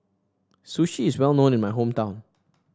sushi is well known in my hometown